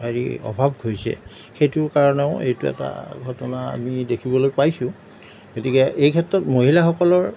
হেৰি অভাৱ হৈছে সেইটো কাৰণেও এইটো এটা ঘটনা আমি দেখিবলৈ পাইছোঁ গতিকে এই ক্ষেত্ৰত মহিলাসকলৰ